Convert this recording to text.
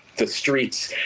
the streets,